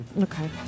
Okay